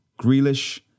Grealish